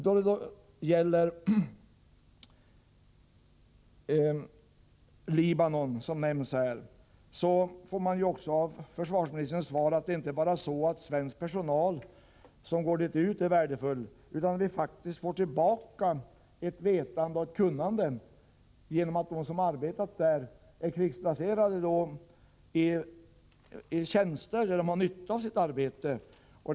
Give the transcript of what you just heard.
Då det gäller Libanon, som nämns här, förstår man av försvarsministerns svar att det inte bara är värdefullt att svensk personal går dit ut, utan att vi faktiskt får tillbaka ett vetande och ett kunnande genom att de som arbetat i området är krigsplacerade i tjänster där de har nytta av sina erfarenheter av arbetet i Libanon.